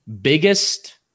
biggest